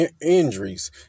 injuries